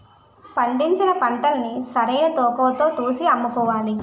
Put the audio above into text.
పండించిన పంటల్ని సరైన తూకవతో తూసి అమ్ముకోవాలి